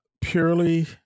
purely